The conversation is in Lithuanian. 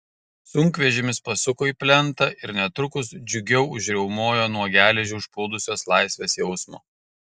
sunkvežimis pasuko į plentą ir netrukus džiugiau užriaumojo nuo geležį užplūdusios laisvės jausmo